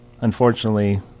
unfortunately